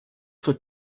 for